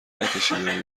نکشیده